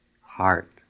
heart